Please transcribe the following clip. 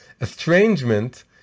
Estrangement